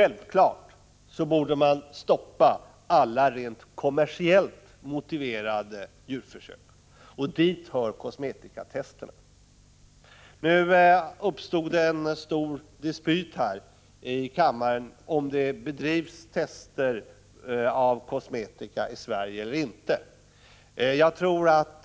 Givetvis borde man stoppa alla rent kommersiellt motiverade djurförsök. Dit hör kosmetikatester. Det uppstod en stor dispyt här i kammaren om det bedrivs tester av kosmetika i Sverige eller inte. Jag tror att